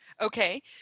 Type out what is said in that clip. Okay